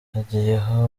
hagiyeho